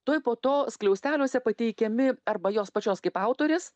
tuoj po to skliausteliuose pateikiami arba jos pačios kaip autorės